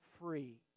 free